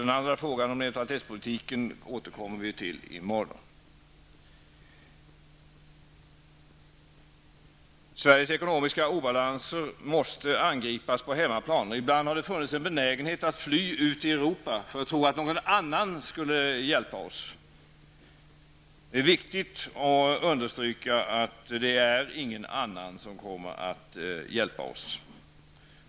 Den andra frågan, om neutralitetspolitiken, återkommer vi till i morgon. Sveriges ekonomiska obalanser måste angripas på hemmaplan. Ibland har det funnits en benägenhet att fly ut i Europa, som om man trodde att någon annan skulle hjälpa oss. Det är viktigt att understryka att ingen annan kommer att hjälpa oss.